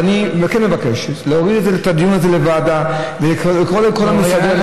אני כן מבקש להוריד את הדיון הזה לוועדה ולקרוא לכל המשרדים.